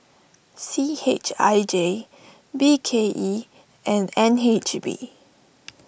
C H I J B K E and N H B